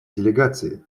делегации